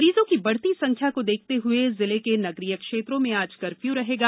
मरीजों की बढ़ती संख्या को देखते हुए जिले के नगरीय क्षेत्रों में आज कर्फ्यू रहेगा